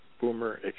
Boomer